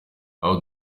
how